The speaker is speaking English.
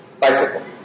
bicycle